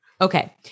Okay